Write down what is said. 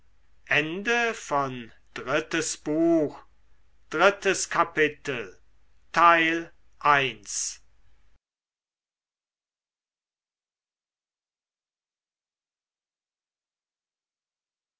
drittes buch erstes kapitel